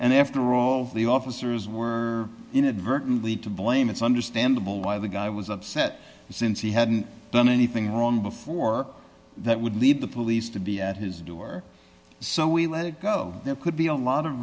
and after all the officers were inadvertently to blame it's understandable why the guy was upset since he hadn't done anything wrong before that would lead the police to be at his door so we could be a lot of